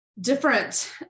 different